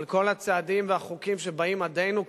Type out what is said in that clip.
על כל הצעדים והחוקים שבאים עדנו,